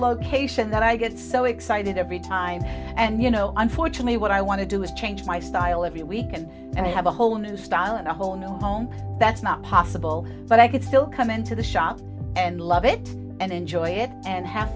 location that i get so excited every time and you know unfortunately what i want to do is change my style every week and i have a whole new style and a whole no that's not possible but i could still come into the shop and love it and enjoy it and have